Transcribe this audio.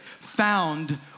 found